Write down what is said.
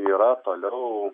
yra toliau